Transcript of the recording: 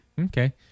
Okay